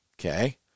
okay